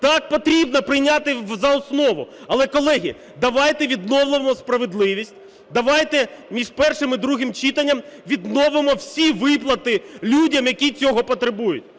Так, потрібно прийняти за основу. Але, колеги, давайте відновимо справедливість. Давайте між першим і другим читанням відновимо всі виплати людям, які цього потребують.